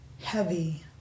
heavy